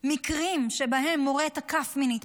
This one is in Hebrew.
שמקרים שבהם מורה תקף מינית,